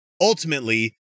ultimately